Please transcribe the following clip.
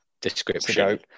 description